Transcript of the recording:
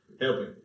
helping